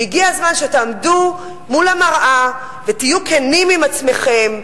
והגיע הזמן שתעמדו מול המראה ותהיו כנים עם עצמכם,